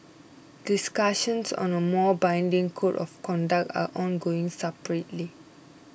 discussions on a more binding Code of Conduct are ongoing separately